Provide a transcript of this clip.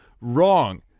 Wrong